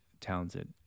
talented